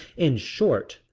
in short,